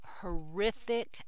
horrific